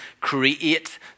create